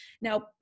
Now